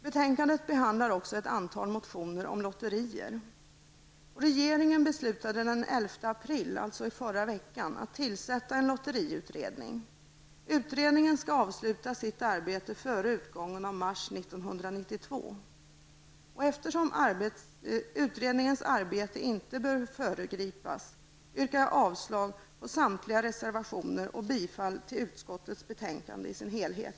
Betänkandet behandlar också ett antal motioner om lotterier. Regeringen beslutade den 11 april, dvs. i förra veckan, att tillsätta en lotteriutredning. Utredningen skall avsluta sitt arbete före utgången av mars 1992. Eftersom utredningens arbete inte bör föregripas, yrkar jag avslag på samtliga reservationer och bifall till utskottets hemställan i dess helhet.